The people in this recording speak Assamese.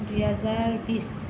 দুই হেজাৰ বিশ